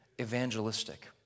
evangelistic